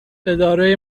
اداره